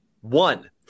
one